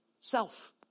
self